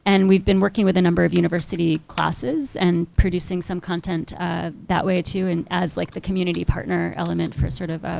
and we've been working with a number of university classes and producing some content that way too and as like the community partner element for sort of a